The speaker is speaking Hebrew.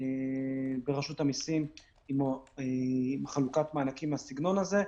ברשות המיסים עם חלוקת מענקים מהסגנון הזה,